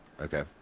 Okay